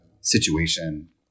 situation